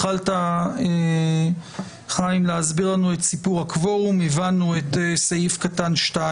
אם יש ארבעה נושים, תנאי הקוורום דורש שלושה